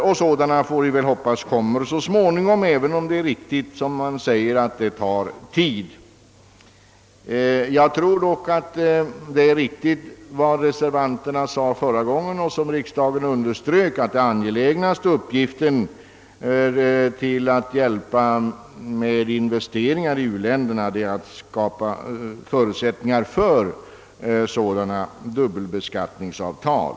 Vi får väl hoppas att sådana avtal kommer så småningom, även om det, som man här säger, nog tar tid. Jag tror dock, som reservanterna alltså framhöll förra gången och som riksdagen underströk, att den angelägnaste åtgärden för att hjälpa till med investeringar i u-länderna är att vi skapar förutsättningar för sådana dubbelbeskattningsavtal.